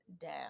down